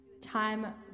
Time